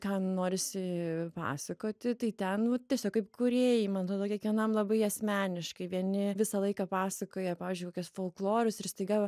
ką norisi pasakoti tai ten nu tiesiog kaip kūrėjai man atrodo kiekvienam labai asmeniškai vieni visą laiką pasakoja pavyzdžiui kokias folklorus ir staiga